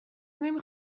نمی